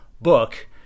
book